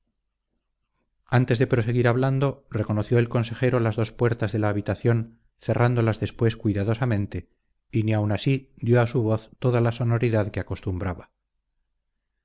antes de proseguir hablando reconoció el consejero las dos puertas de la habitación cerrándolas después cuidadosamente y ni aun así dio a su voz toda la sonoridad que acostumbraba